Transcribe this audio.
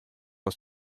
aus